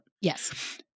Yes